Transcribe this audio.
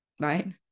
right